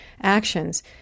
actions